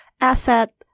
asset